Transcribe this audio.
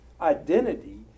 identity